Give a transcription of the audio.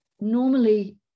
normally